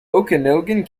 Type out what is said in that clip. okanogan